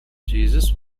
jesus